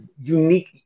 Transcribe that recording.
unique